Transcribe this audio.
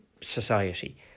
society